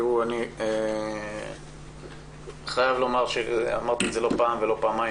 אני חייב לומר אמרתי את זה לא פעם ולא פעמיים